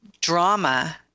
drama